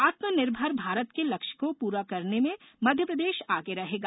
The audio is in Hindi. आत्मनिर्भर भारत के लक्ष्य को पूरा करने में मध्यप्रदेश आगे रहेगा